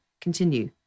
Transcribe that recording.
continue